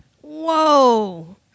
Whoa